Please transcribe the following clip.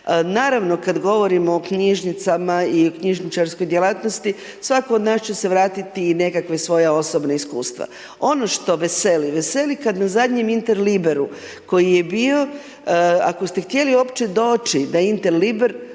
Naravno kad govorimo o knjižnicama i o knjižničarskoj djelatnosti svatko od nas će se vratiti i nekakvo svoje osobna iskustva. Ono što veseli, veseli kad na zadnjem Interliberu koji je bio ako ste htjeli uopće doći na Interliber